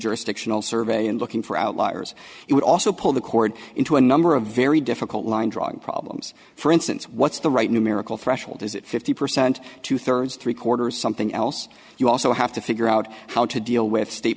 jurisdictional survey and looking for outliers it would also pull the cord into a number of very difficult line drawing problems for instance what's the right numerical threshold is it fifty percent two thirds three quarters something else you also have to figure out how to deal with state